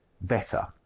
better